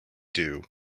dew